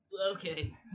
Okay